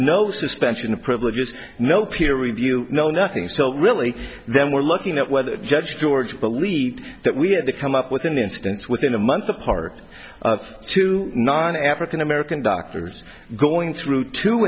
no suspension of privileges no peer review no nothing so really then we're looking at whether judge george believed that we had to come up with an instance within a month apart of two nine african american doctors going through two